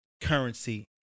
currency